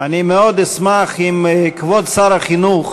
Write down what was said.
אני מאוד אשמח אם כבוד שר החינוך